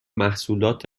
محصولات